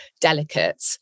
delicate